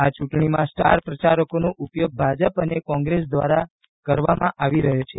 આ ચૂંટણીમાં સ્ટાર પ્રચારકોનો ઉપયોગ ભાજપ અને કોંગ્રેસ દ્વારા કરવામાં આવી રહ્યો છે